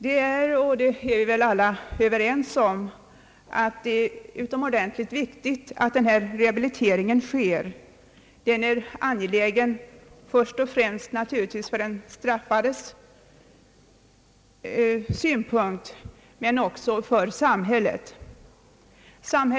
Vi är väl alla överens om att det är utomordentligt viktigt att sådan rehabilitering sker. Den är naturligtvis först och främst angelägen för den straffade men också för samhället.